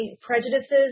prejudices